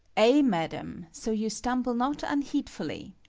ay, madam so you stumble not unheedfully.